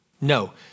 No